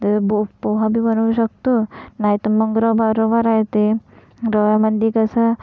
तर ब पोहाबी बनवू शकतो नाहीतर मग रवा रवा राहतो रव्यामध्ये कसं